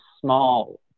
small